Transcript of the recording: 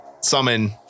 summon